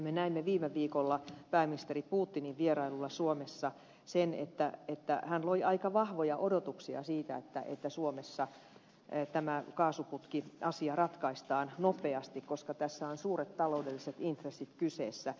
me näimme viime viikolla pääministeri putinin vierailulla suomessa sen että hän loi aika vahvoja odotuksia siitä että suomessa tämä kaasuputkiasia ratkaistaan nopeasti koska tässä on suuret taloudelliset intressit kyseessä